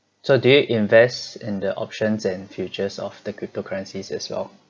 so you invest in the options and futures of the cryptocurrencies as well